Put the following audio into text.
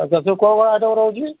ଆଚ୍ଛା ଆଚ୍ଛା କ'ଣ କ'ଣ ସବୁ ଆଇଟମ୍ ରହୁଛି